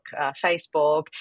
Facebook